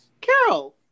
Carol